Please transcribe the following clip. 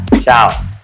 Ciao